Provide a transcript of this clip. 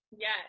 yes